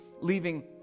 leaving